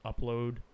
upload